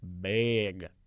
Big